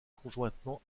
conjointement